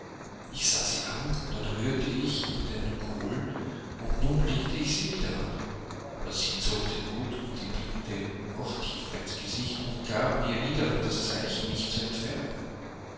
ich sah sie an dann rührte ich in den kohlen und nun blickte ich sie wieder an aber sie zog den hut und die binde noch tiefer ins gesicht und gab mir wiederum das zeichen mich zu entfernen